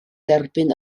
derbyn